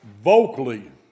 vocally